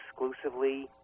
exclusively